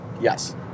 yes